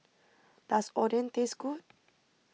does Oden taste good